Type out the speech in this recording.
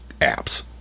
apps